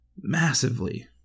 massively